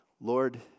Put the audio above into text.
Lord